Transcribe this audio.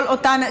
כל אותן,